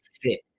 fit